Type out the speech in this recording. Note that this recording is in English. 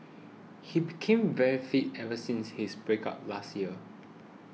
he became very fit ever since his breakup last year